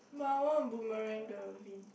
but I want to boomerang the vi~